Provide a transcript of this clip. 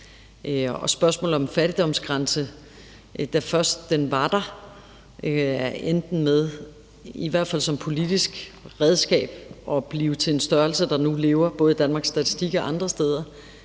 spørgsmålet om en fattigdomsgrænse, så endte den, da først den var der, med – i hvert fald som politisk redskab – at blive til en størrelse, der nu lever både i Danmarks Statistik og andre steder